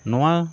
ᱱᱚᱣᱟ